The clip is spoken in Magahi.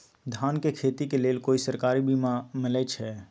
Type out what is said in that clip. धान के खेती के लेल कोइ सरकारी बीमा मलैछई?